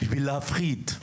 בשביל להפחיד.